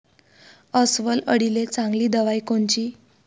अस्वल अळीले चांगली दवाई कोनची?